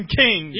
king